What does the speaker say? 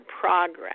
progress